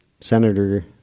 Senator